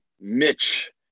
Mitch